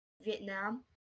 Vietnam